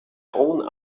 own